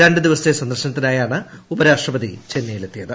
രണ്ടു ദിവസത്തെ കൃഷ്ണന്ദർശനത്തിനായാണ് ഉപരാഷ്ട്രപതി ചെന്നൈയിലെത്തിയത്